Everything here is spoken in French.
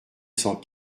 cent